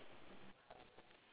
also got window with like a